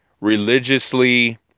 religiously